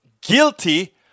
guilty